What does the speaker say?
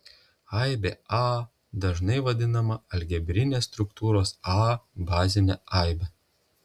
aibė a dažnai vadinama algebrinės struktūros a bazine aibe